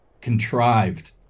contrived